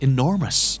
Enormous